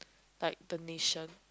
like the nation